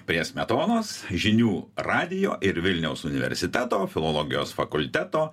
prie smetonos žinių radijo ir vilniaus universiteto filologijos fakulteto